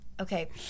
Okay